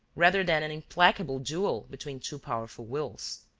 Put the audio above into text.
rather than an implacable duel between two powerful wills.